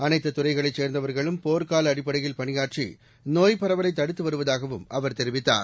அனைத்துத் துறைகளைச் சேர்ந்தவர்களும் போர்க்கால அடிப்படையில் பணியாற்றி நோய்ப் பரவலை தடுத்து வருவதாகவும் அவர் தெரிவித்தார்